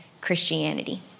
Christianity